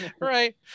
Right